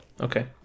Okay